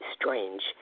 strange